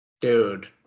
Dude